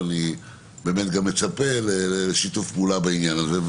ואני גם מצפה לשיתוף פעולה בעניין הזה.